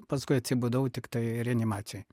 paskui atsibudau tiktai reanimacijoj